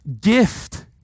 gift